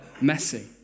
messy